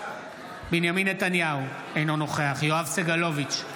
בנימין נתניהו, אינו נוכח יואב סגלוביץ'